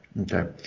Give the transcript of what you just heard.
Okay